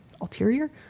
ulterior